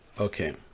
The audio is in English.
okay